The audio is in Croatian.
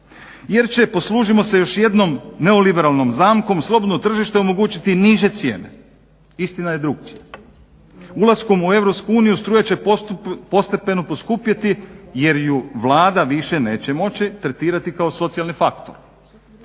Jer će poslužimo se još jednom neoliberalnom zamkom slobodno tržište omogućiti niže cijene. Istina je drukčija. Ulaskom u EU struja će postepeno poskupjeti jer ju Vlada više neće moći tretirati kao socijalni faktor.